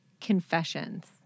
confessions